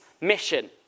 mission